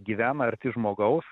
gyvena arti žmogaus